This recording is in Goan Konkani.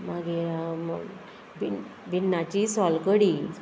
मागीर भिण्ण भिण्णाची सोलकडी